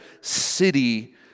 city